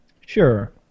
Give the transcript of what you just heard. Sure